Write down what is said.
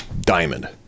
diamond